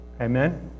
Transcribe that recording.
Amen